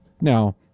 now